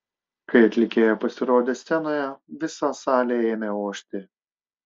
kai atlikėja pasirodė scenoje visa salė ėmė ošti